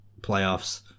playoffs